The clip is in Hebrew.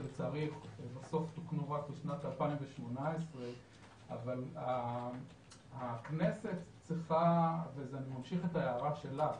ולצערי הם בסוף תוקנו רק בשנת 2018. הכנסת צריכה וזה ממשיך את ההערה שלך